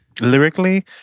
Lyrically